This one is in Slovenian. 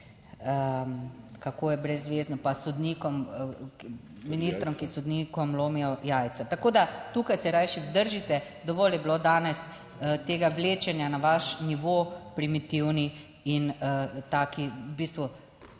Kako je brezvezno, pa sodnikom, ministrom, ki sodnikom lomijo jajca. Tako da tukaj se rajši vzdržite, dovolj je bilo danes tega vlečenja na vaš nivo, primitivni in taki v bistvu